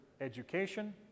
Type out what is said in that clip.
education